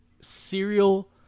serial